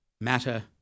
Matter